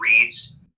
reads